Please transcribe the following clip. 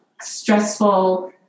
stressful